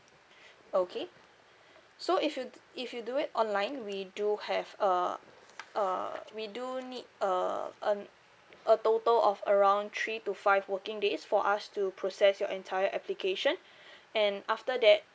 okay so if you if you do it online we do have uh uh we do need a um a total of around three to five working days for us to process your entire application and after that